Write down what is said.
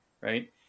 right